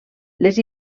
les